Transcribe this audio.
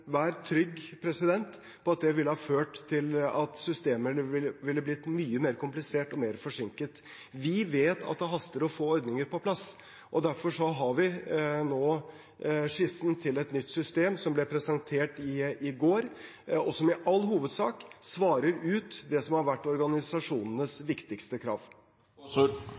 vær trygg på at det ville ha ført til at systemet hadde vært mye mer komplisert og mer forsinket. Vi vet at det haster å få ordninger på plass. Derfor har vi nå skissen til et nytt system, som ble presentert i går, og som i all hovedsak svarer ut det som har vært organisasjonenes viktigste